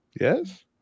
Yes